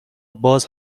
باز